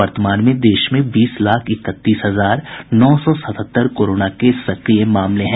वर्तमान में देश में बीस लाख इकतीस हजार नौ सौ सतहत्तर कोरोना के सक्रिय मामले हैं